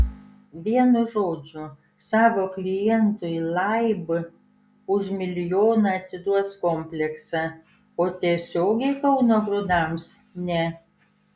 vienu žodžiu savo klientui laib už milijoną atiduos kompleksą o tiesiogiai kauno grūdams ne